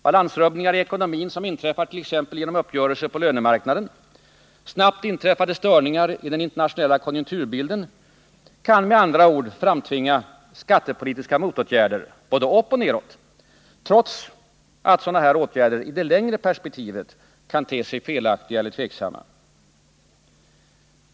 Balansrubbningar i ekonomin, som inträffar exempelvis genom uppgörelser på lönemarknaden eller snabbt inträffade störningar i den internationella konjunkturbilden, kan med andra ord framtvinga skattepolitiska motåtgärder både uppåt och nedåt, trots att dessa i det längre perspektivet måhända ter sig felaktiga eller tveksamma.